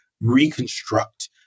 reconstruct